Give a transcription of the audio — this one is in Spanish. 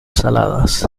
saladas